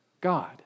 God